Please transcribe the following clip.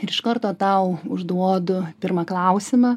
ir iš karto tau užduodu pirmą klausimą